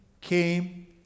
came